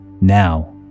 Now